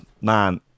Man